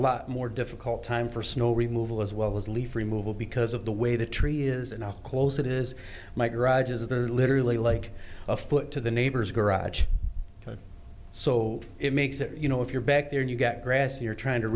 lot more difficult time for snow removal as well as leaf removal because of the way the tree is and how close it is my garage is there literally like a foot to the neighbor's garage so it makes it you know if you're back there and you get grass you're trying to